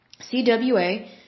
CWA